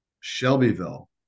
Shelbyville